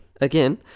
again